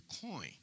coin